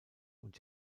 und